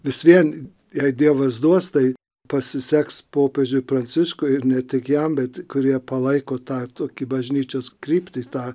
vis vien jei dievas duos tai pasiseks popiežiui pranciškui ir ne tik jam bet kurie palaiko tą tokį bažnyčios kryptį tą